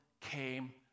came